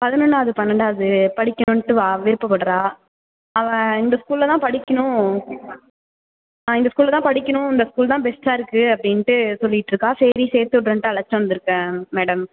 பதினொன்னாவது பன்னெண்டாவது படிக்கணுன்ட்டு வா விருப்பப்படுறா அவ இந்தக் ஸ்கூல்ல தான் படிக்கணும் நான் ஸ்கூல்ல தான் படிக்கணும் இந்தக் ஸ்கூல் தான் பெஸ்ட்டாக இருக்கு அப்படின்ட்டு சொல்லிட்டுருக்கா சரி சேர்த்துடுறேன்ட்டு அழைச்சிட்டு வந்துருக்கேன் மேடம்